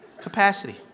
Capacity